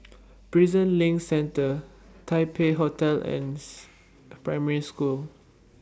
Prison LINK Centre Taipei Hotel and Primary School